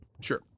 sure